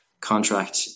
contract